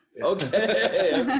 Okay